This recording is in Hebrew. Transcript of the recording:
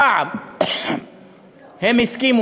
הפעם הם הסכימו,